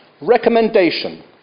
Recommendation